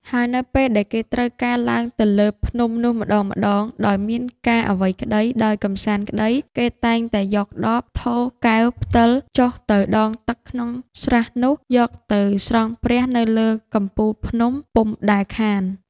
ហើយនៅពេលដែលគេត្រូវការឡើងទៅលើភ្នំនោះម្ដងៗ ដោយមានការអ្វីក្ដី ដោយកម្សាន្តក្ដី គេតែងតែយកដប ថូ កែវ ផ្តិល ចុះទៅដងទឹកក្នុងស្រះនោះ យកទៅស្រង់ព្រះ នៅលើកំពូលភ្នំពុំដែលខាន ។